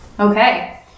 Okay